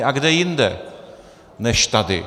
A kde jinde než tady?